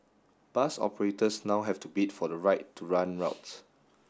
bus operators now have to bid for the right to run routes